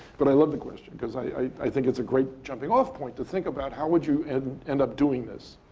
but i love the question, because i i think it's a great jumping off point to think about, how would you end end up doing this?